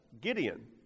Gideon